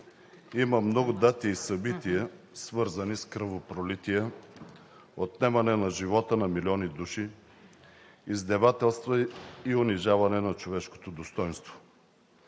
има много дати и събития, свързани с кръвопролития, отнемане на живота на милиони души, издевателства и унижаване на човешкото достойнство.